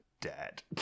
dead